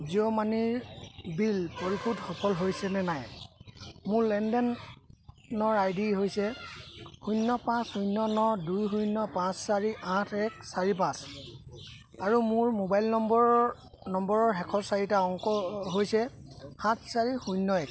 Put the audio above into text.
জিঅ' মানিৰ বিল পৰিশোধ সফল হৈছিল নে নাই মোৰ লেনদেনৰ আই ডি হৈছে শূন্য পাঁচ শূন্য ন দুই শূন্য পাঁচ চাৰি আঠ এক চাৰি পাঁচ আৰু মোৰ মোবাইল নম্বৰৰ শেষৰ চাৰিটা অংক হৈছে সাত চাৰি শূন্য এক